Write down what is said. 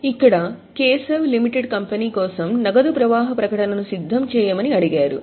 కాబట్టి ఇది కేశవ్ లిమిటెడ్ కోసం నగదు ప్రవాహ ప్రకటనను సిద్ధం చేయమని అడిగారు